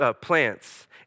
plants